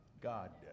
God